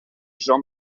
jean